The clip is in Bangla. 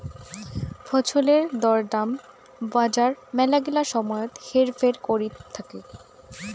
ফছলের দর দাম বজার মেলাগিলা সময়ত হেরফের করত থাকি